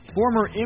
former